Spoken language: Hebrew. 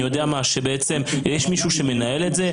יש מישהו שמנהל את זה,